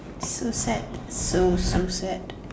so sad so so sad